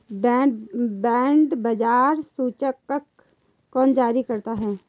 Bond बाजार सूचकांक कौन जारी करता है?